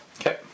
Okay